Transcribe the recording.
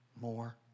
more